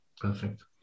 Perfect